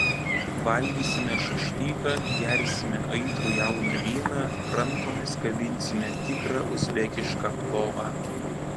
valgysime šašlyką gersime aitrų jauną vyną rankomis kabinsime tikrą uzbekišką plovą